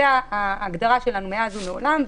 זאת ההגדרה שלנו מאז ומעולם,